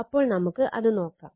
അപ്പോൾ നമുക്ക് അത് നോക്കാം